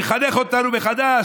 הוא יחנך אותנו מחדש,